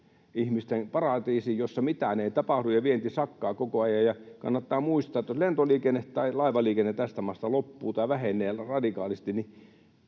ihmisten paratiisin, jossa mitään ei tapahdu ja vienti sakkaa koko ajan. Kannattaa muistaa, että jos lentoliikenne tai laivaliikenne tästä maasta loppuu tai vähenee radikaalisti,